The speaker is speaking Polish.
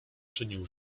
czynił